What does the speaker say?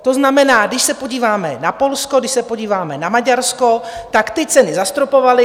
To znamená, když se podíváme na Polsko, když se podíváme na Maďarsko, ty ceny zastropovaly.